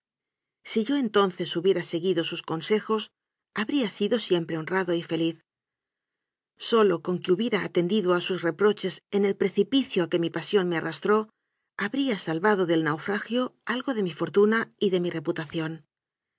si yo entonces hubiera seguido sus consejos habría sido siempre honrado y feliz sólo con que hubiera atendido a sus reproches en el precipicio a que mi pasión me arrastró habría salvado del naufragio algo de mi fortuna y de mi reputación